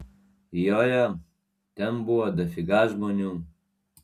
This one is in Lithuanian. jo jo ten buvo dafiga žmonių